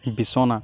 বিছনা